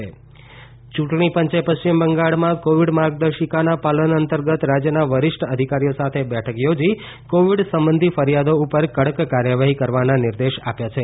ચૂંટણી પંચ પશ્ચિમ બંગાળ યૂંટણી પંચે પશ્ચિમ બંગાળમાં કોવિડ માર્ગદર્શિકાના પાલન અંતર્ગત રાજ્યના વિરષ્ઠ અધિકારીઓ સાથે બેઠક યોજી કોવિડ સંબંધી ફરિયાદો ઉપર કડક કાર્યવાહી કરવાના નિર્દેશ આપ્યા છે